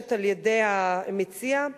הנדרשת על-ידי המציע.